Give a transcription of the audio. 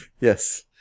Yes